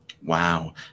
wow